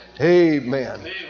Amen